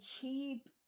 cheap